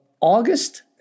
August